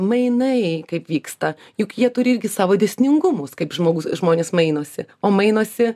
mainai kaip vyksta juk jie turi irgi savo dėsningumus kaip žmogus žmonės mainosi o mainosi